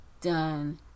done